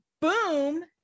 boom